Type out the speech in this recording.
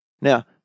Now